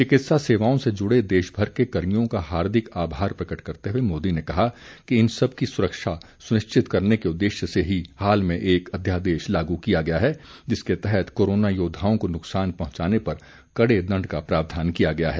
चिकित्सा सेवाओं से जुड़े देशभर के कर्मियों का हार्दिक आभार प्रकट करते हुए मोदी ने कहा कि इन सबकी सुरक्षा सुनिश्चित करने के उदेश्य से हाल ही में एक अध्यादेश लागू किया गया है जिसके तहत कोरोना योद्धाओं को नुकसान पहंचाने पर कड़े दण्ड का प्रावधान किया गया है